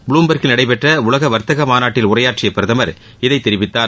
புளுபெர்க்கில் நடைபெற்ற உலக வர்த்தக மாநாட்டில் உரையாற்றிய பிரதமர் இதை தெரிவித்தார்